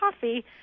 coffee